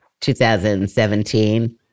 2017